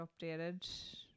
updated